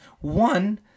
One